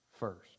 first